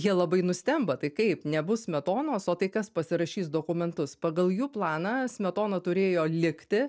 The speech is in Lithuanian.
jie labai nustemba tai kaip nebus smetonos o tai kas pasirašys dokumentus pagal jų planą smetona turėjo likti